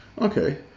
Okay